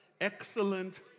Excellent